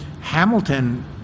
Hamilton